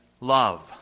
Love